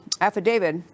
affidavit